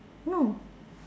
no